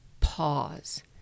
pause